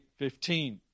15